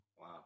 Wow